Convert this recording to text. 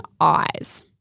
eyes